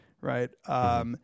right